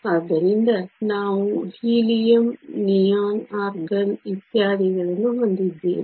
ಆದ್ದರಿಂದ ನಾವು helium neon argon ಇತ್ಯಾದಿಗಳನ್ನು ಹೊಂದಿದ್ದೇವೆ